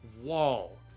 wall